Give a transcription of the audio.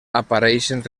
apareixen